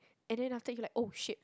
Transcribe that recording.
and then after you like oh shit